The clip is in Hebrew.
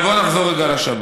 אבל בוא נחזור רגע לשבת.